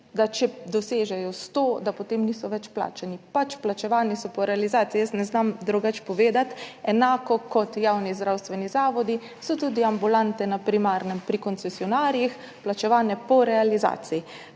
da če dosežejo 100 %, potem niso več plačani, plačevani so po realizaciji, jaz ne znam drugače povedati. Enako kot javni zdravstveni zavodi so tudi ambulante na primarnem pri koncesionarjih plačevane po realizaciji.